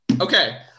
Okay